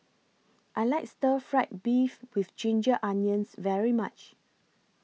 I like Stir Fried Beef with Ginger Onions very much